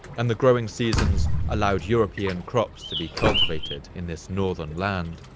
and the growing seasons allowed european crops to be cultivated in this northern land.